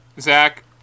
Zach